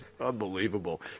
Unbelievable